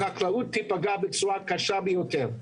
החקלאות תיפגע בצורה קשה ביותר.